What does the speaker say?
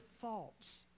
thoughts